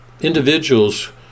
individuals